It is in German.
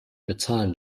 bezahlen